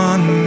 One